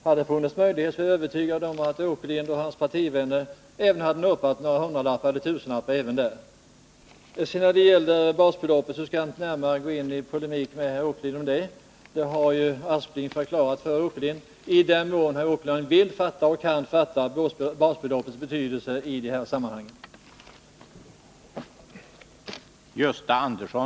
Hade det funnits möjligheter till det är jag övertygad om att herr Åkerlind och hans partivänner skulle ha norpat några hundralappar eller tusenlappar även där. När det gäller basbeloppet skall jag inte närmare gå in i någon polemik med herr Åkerlind. Sven Aspling har ju förklarat det här för herr Åkerlind, i den mån han vill och kan fatta basbeloppets betydelse i de här sammanhangen.